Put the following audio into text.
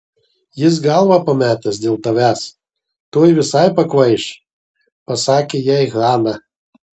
jis galvą pametęs dėl tavęs tuoj visai pakvaiš pasakė jai hana